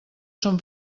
són